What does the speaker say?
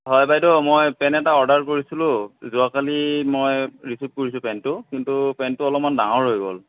হয় বাইদেউ মই পেণ্ট এটা অৰ্ডাৰ কৰিছিলোঁ যোৱাকালি মই ৰিচিভ কৰিছোঁ পেণ্টতো কিন্তু পেণ্টটো অলপমাণ ডাঙৰ হৈ গ'ল